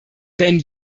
wenn